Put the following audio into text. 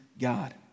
God